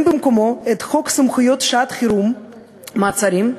במקומו את חוק סמכויות שעת-חירום (מעצרים),